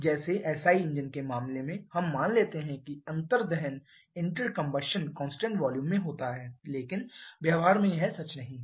जैसे SI engine के मामले में हम मान लेते हैं कि अंतर दहन कांस्टेंट वॉल्यूम में होता है लेकिन व्यवहार में यह सच नहीं है